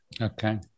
okay